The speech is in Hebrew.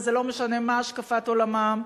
וזה לא משנה מה השקפת עולמם,